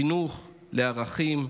חינוך לערכים,